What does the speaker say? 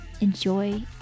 enjoy